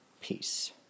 Peace